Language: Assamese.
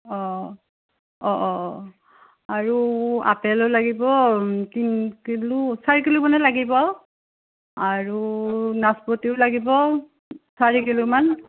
অ' অ' অ' আৰু আপেলো লাগিব তিনি কিলো চাৰি কিলো মানে লাগিব আৰু নাচপতিও লাগিব চাৰি কিলোমান